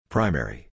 Primary